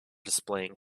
displaying